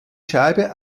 scheibe